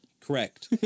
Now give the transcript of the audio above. correct